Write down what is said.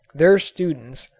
their students,